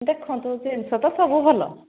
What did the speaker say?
ଦେଖନ୍ତୁ ଜିନଷ ତ ସବୁ ଭଲ